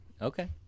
okay